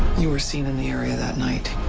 you were seen in the area that night.